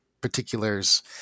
Particulars